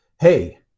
Hey